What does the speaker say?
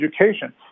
education